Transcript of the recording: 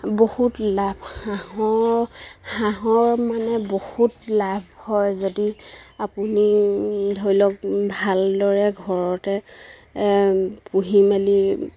বহুত লাভ হাঁহৰ হাঁহৰ মানে বহুত লাভ হয় যদি আপুনি ধৰি লওক ভালদৰে ঘৰতে পুহি মেলি